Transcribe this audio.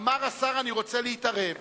אמר השר: אני רוצה להתערב.